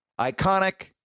iconic